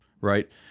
right